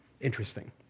interesting